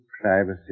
privacy